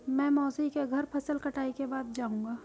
मैं मौसी के घर फसल कटाई के बाद जाऊंगा